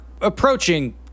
approaching